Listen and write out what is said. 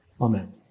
Amen